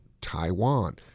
Taiwan